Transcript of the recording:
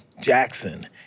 Jackson